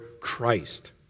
Christ